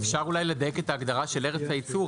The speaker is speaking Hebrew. אפשר אולי לדייק את ההגדרה של ארץ הייצור,